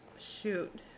Shoot